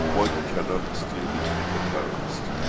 what you cannot steal, you make a terrorist.